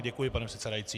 Děkuji, pane předsedající.